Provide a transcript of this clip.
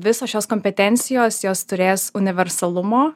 visos šios kompetencijos jos turės universalumo